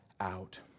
out